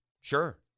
Sure